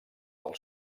del